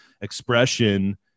expression